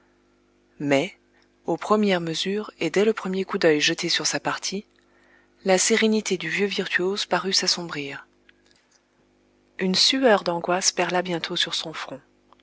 mais aux premières mesures et dès le premier coup d'œil jeté sur sa partie la sérénité du vieux virtuose parut s'assombrir une sueur d'angoisse perla bientôt sur son front